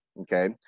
Okay